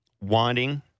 wanting